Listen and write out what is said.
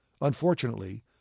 Unfortunately